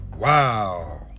Wow